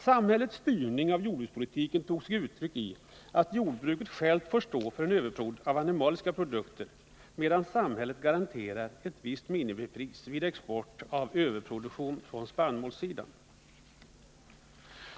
Samhällets styrning av jordbrukspolitiken tog sig uttryck i att jordbruket självt får stå för eventuell överproduktion på animaliesidan, medan samhället garanterar ett visst minimipris vid export av överproduktion på spannmålssidan.